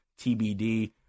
TBD